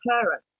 parent